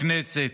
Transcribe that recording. בכנסת,